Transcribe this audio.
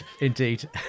indeed